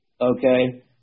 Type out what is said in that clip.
okay